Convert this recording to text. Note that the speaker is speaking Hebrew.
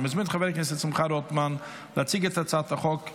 אני מזמין את חבר הכנסת שמחה רוטמן להציג את הצעת החוק,